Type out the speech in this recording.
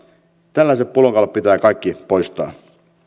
tällaiset pullonkaulat pitää kaikki poistaa